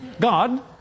God